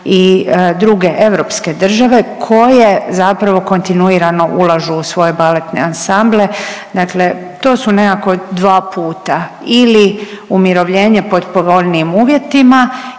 i druge europske države koje zapravo kontinuirano ulažu u svoje baletne ansamble, dakle to su nekako dva puta ili umirovljenje pod povoljnijim uvjetima